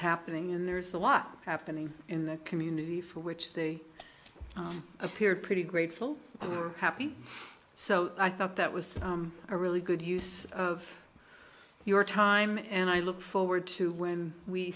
happening in there's a lot happening in the community for which they appear pretty grateful happy so i thought that was a really good use of your time and i look forward to when we